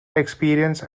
experience